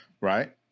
right